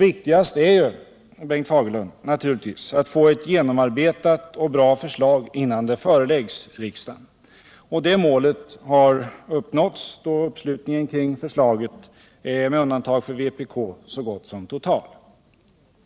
Viktigast är ju, Bengt Fagerlund, att få ett genomarbetat och bra förslag innan det föreläggs riksdagen. Det målet har nåtts då uppslutningen är, med undantag för vpk, så gott som total.